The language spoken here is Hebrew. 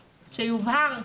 שיובהר,